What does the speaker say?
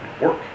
work